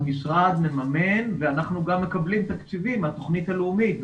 המשרד מממן ואנחנו גם מקבלים תקציבים מהתוכנית הלאומית,